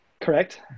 Correct